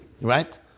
right